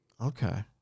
Okay